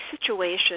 situation